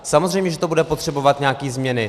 Samozřejmě že to bude potřebovat nějaké změny.